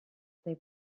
they